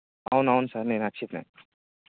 అవునవును సార్ నేను అక్షిత్